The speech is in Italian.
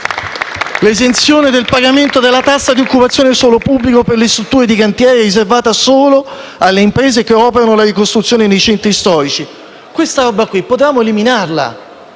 L'esenzione del pagamento della tassa di occupazione del suolo pubblico per le strutture di cantiere è riservata solo alle imprese che operano la ricostruzione nei centri storici. Questa roba potevamo eliminarla.